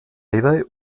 highway